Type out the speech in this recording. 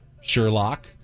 Sherlock